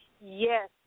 Yes